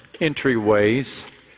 entryways